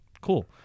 cool